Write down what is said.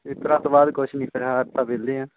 ਪੇਪਰਾਂ ਤੋਂ ਬਾਅਦ ਕੁਝ ਨਹੀਂ ਫਿਲਹਾਲ ਆਪਾਂ ਵਿਹਲੇ ਹਾਂ